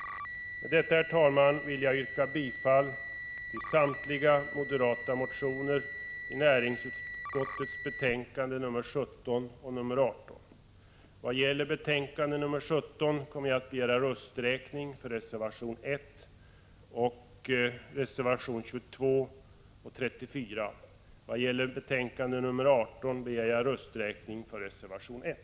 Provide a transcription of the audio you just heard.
Därmed, herr talman, vill jag yrka bifall till samtliga moderata motioner i näringsutskottets betänkanden nr 17 och 18. När det gäller betänkande 17 kommer jag att begära rösträkning för reservationerna 1, 22 och 34. Vad gäller betänkande 18 begär jag rösträkning för reservation 1.